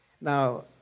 Now